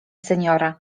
seniora